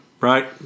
right